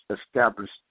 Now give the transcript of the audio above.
established